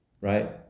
right